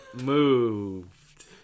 moved